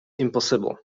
impossible